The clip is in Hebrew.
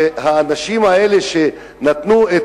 האנשים האלה שנתנו את